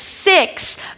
Six